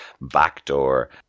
backdoor